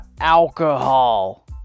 alcohol